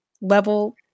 level